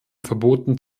verboten